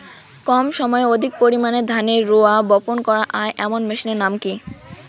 কম সময়ে অধিক পরিমাণে ধানের রোয়া বপন করা য়ায় এমন মেশিনের নাম কি?